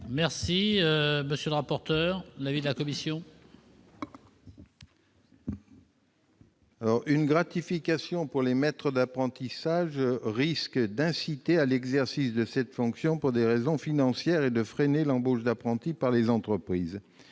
purement bénévole. Quel est l'avis de la commission ? Une gratification pour les maîtres d'apprentissage risque d'inciter à l'exercice de cette fonction pour des raisons financières et de freiner l'embauche d'apprentis par les entreprises